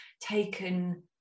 taken